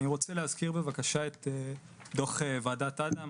אני רוצה להזכיר בבקשה את דוח ועדת אדם,